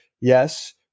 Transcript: yes